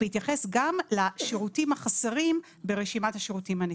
בהתייחס גם לשירותים החסרים ברשימת השירותים הניתנים.